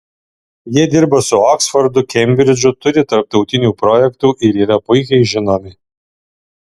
jie dirba su oksfordu kembridžu turi tarptautinių projektų ir yra puikiai žinomi